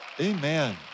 amen